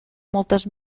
moltes